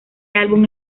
álbum